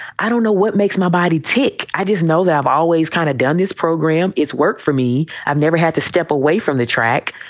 i don't know what makes my body tick. i just know that i've always kind of done this program. it's work for me. i've never had to step away from the track,